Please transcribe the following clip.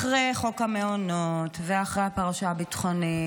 אחרי חוק המעונות ואחרי הפרשה הביטחונית